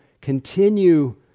continue